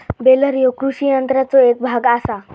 baler ह्यो कृषी यंत्राचो एक भाग आसा